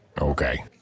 Okay